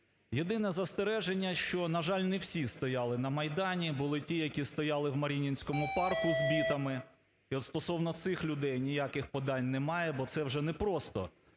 Єдине застереження, що, на жаль, не всі стояли на Майдані були ті, які стояли в Маріїнському парку з бітами і от стосовно цих людей ніяких подань немає, бо це вже не просто